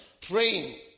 praying